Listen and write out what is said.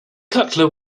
cutler